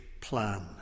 plan